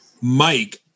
Mike